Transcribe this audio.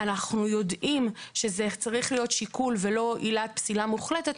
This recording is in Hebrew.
אנחנו יודעים שזה צריך להיות שיקול ולא עילת פסילה מוחלטת,